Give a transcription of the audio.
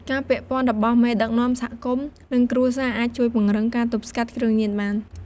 ការពាក់ព័ន្ធរបស់មេដឹកនាំសហគមន៍ និងគ្រួសារអាចជួយពង្រឹងការទប់ស្កាត់ គ្រឿងញៀនបាន។